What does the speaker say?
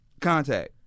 contact